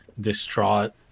distraught